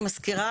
אני מזכירה,